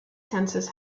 sensors